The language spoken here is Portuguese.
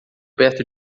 perto